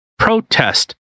Protest